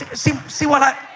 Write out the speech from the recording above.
see see what i?